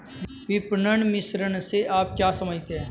विपणन मिश्रण से आप क्या समझते हैं?